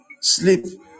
Sleep